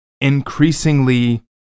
increasingly